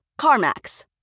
CarMax